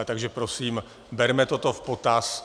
Takže prosím, berme toto v potaz.